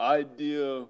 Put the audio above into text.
idea